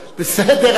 בסדר,